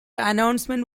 announcement